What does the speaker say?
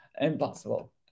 impossible